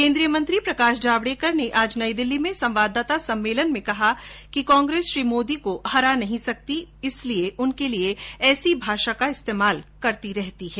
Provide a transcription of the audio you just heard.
केन्द्रीय मंत्री प्रकाश जावडेकर ने आज नई दिल्ली में संवाददाता सम्मेलन में कहा कि कांग्रेस श्री मोदी को नहीं हरा सकती इसलिए वह ऐसी भाषा का इस्तेमाल करती है